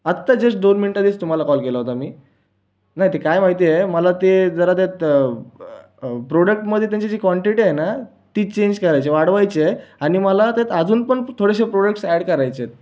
आत्ता जस्ट दोन मिनिटं आधीच तुम्हांला कॉल केला होता मी नाही ते काय माहिती आहे मला ते जरा त्यात ब प्रोडक्टमध्ये त्यांची जी क्वॉन्टिटी आहे ना ती चेंज करायची आहे वाढवायची आहे आणि मला त्यात अजून पण थोडेसे प्रोडक्ट्स ॲड करायचे आहेत